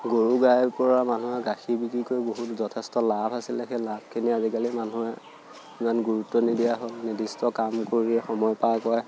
গৰু গাইৰ পৰা মানুহে গাখীৰ বিক্ৰী কৰি বহুত যথেষ্ট লাভ আছিলে সেই লাভখিনি আজিকালি মানুহে ইমান গুৰুত্ব নিদিয়া হ'ল নিৰ্দিষ্ট কাম কৰি সময় পাৰ কৰে